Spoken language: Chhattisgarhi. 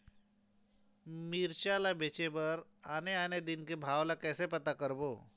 मिरचा ला बेचे बर आने आने दिन के भाव ला कइसे पता करबो?